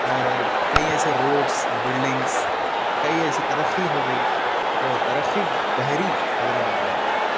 اور کئی ایسے روڈس بلڈنگس کئی ایسی ترقی ہو گئی ترقی بحری حیدرآباد میں